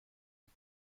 بود